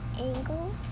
angles